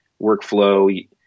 workflow